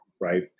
right